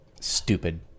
stupid